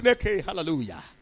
Hallelujah